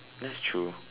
that's true